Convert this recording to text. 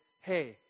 hey